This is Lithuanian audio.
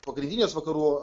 pagrindinės vakarų